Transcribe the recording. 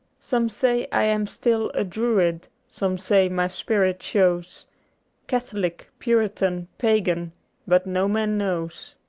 some say i am still a druid, some say my spirit shows catholic, puritan, pagan but no man knows.